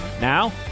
Now